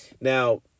Now